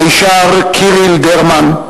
מישר קיריל דרמן,